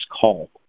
call